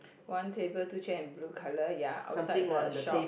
one table two chair and blue colour ya outside the shop